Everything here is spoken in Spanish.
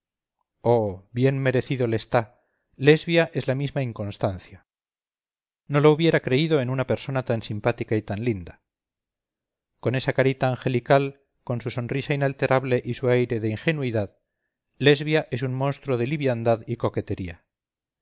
oh bien merecido le está lesbia es la misma inconstancia no lo hubiera creído en una persona tan simpática y tan linda con esa carita angelical con su sonrisa inalterable y su aire de ingenuidad lesbia es un monstruo de liviandad y coquetería